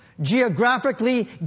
geographically